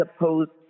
opposed